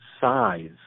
size